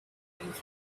things